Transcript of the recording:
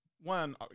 one